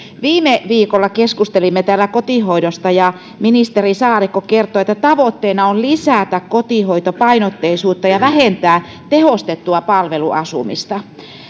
viime viikolla keskustelimme täällä kotihoidosta ja ministeri saarikko kertoi että tavoitteena on lisätä kotihoitopainotteisuutta ja vähentää tehostettua palveluasumista